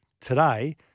today